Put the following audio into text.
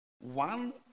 one